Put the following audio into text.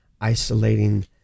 isolating